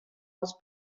aus